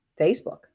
Facebook